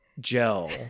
gel